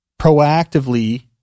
proactively